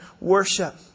worship